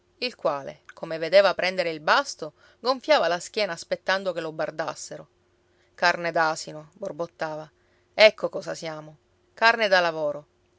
il quale come vedeva prendere il basto gonfiava la schiena aspettando che lo bardassero carne d'asino borbottava ecco cosa siamo carne da lavoro